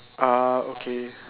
ah okay